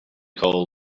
call